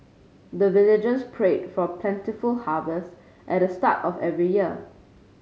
the villagers pray for plentiful harvest at the start of every year